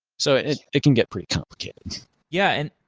so it it can get pretty complicated yeah, and